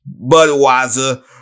Budweiser